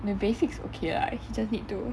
the basics okay lah he just need to